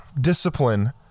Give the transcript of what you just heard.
discipline